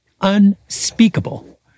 unspeakable